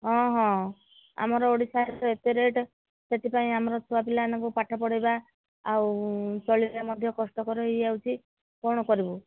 ହଁ ହଁ ଆମର ଓଡ଼ିଶାରେ ତ ଏତେ ରେଟ୍ ସେଥିପାଇଁ ଆମର ଛୁଆପିଲାମାନଙ୍କୁ ପାଠ ପଢ଼େଇବା ଆଉ ଚଳିବା ମଧ୍ୟ କଷ୍ଟକର ହୋଇଯାଉଛି କ'ଣ କରିବୁ